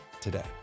today